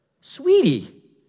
Sweetie